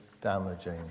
damaging